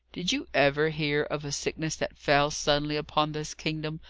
did you ever hear of a sickness that fell suddenly upon this kingdom,